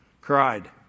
cried